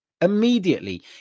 immediately